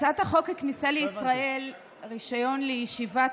הצעת חוק הכניסה לישראל (רישיון לישיבת